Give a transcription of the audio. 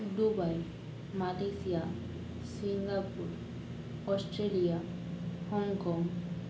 Dubai Malaysia Singapore Australia Hong Kong